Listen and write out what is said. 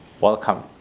welcome